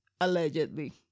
allegedly